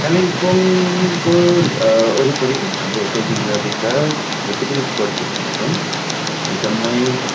कालिम्पोङको वरिपरि हाम्रो होटलदेखि नजिकका जति पनि स्पटहरू भ्याउँछौँ ती जम्मै